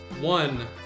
One